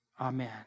amen